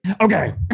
Okay